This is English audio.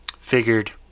figured